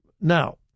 Now